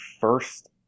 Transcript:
first